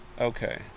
Okay